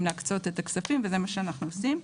להקצות את הכספים וזה מה שאנחנו עושים.